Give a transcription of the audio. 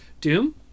Doom